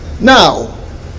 Now